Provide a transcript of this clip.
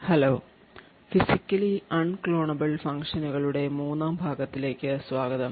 hello physically unclonable ഫംഗ്ഷനുകളുടെ മൂന്നാം ഭാഗത്തിലേക്ക് സ്വാഗതം